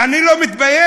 אתה לא מתבייש?